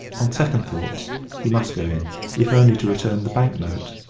on second thoughts he must go in if only to return the bank-note.